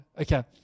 Okay